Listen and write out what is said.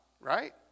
Right